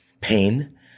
pain